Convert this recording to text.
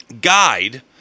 guide